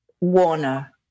Warner